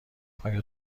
آیا